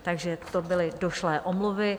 Takže to byly došlé omluvy.